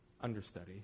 understudy